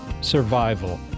Survival